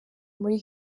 muri